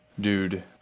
Dude